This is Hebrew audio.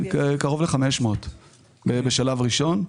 קרוב ל-500 עובדים בשלב הראשון.